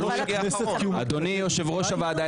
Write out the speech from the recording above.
אדוני יושב-ראש הוועדה,